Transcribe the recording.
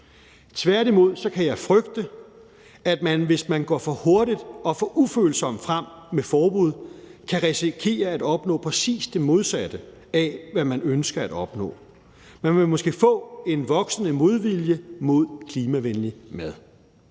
Tværtimod kan jeg frygte, at man, hvis man går for hurtigt og for ufølsomt frem med forbud, kan risikere at opnå præcis det modsatte af, hvad man ønsker at opnå. Man vil måske få en voksende modvilje mod klimavenlig mad.